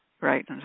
Right